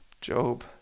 Job